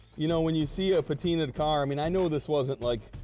you know, when you see a patina'd car, i mean, i knew this wasn't, like,